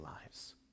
lives